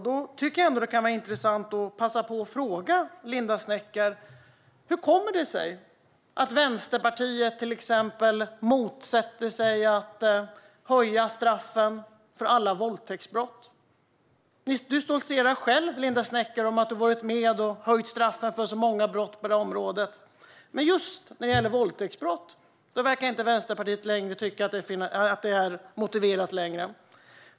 Då tycker jag att det kan vara intressant att fråga Linda Snecker hur det kommer sig att Vänsterpartiet motsätter sig att till exempel höja straffen för alla våldtäktsbrott. Du, Linda Snecker, stoltserar själv med att du har varit med och höjt straffen för många brott på detta område, men just när det gäller våldtäktsbrott verkar Vänsterpartiet inte tycka att det är motiverat längre.